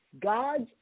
God's